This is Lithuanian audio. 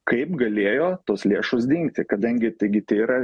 kaip galėjo tos lėšos dingti kadangi taigi tai yra